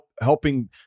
helping